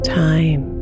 time